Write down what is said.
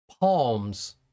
palms